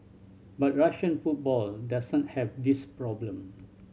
but Russian football does not have this problem